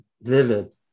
vivid